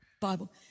Bible